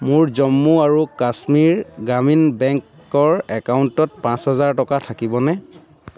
মোৰ জম্মু আৰু কাশ্মীৰ গ্ৰামীণ বেংকৰ একাউণ্টত পাঁচ হাজাৰ টকা থাকিবনে